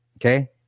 Okay